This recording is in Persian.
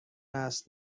است